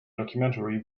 documentary